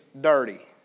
dirty